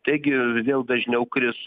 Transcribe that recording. taigi vėl dažniau kris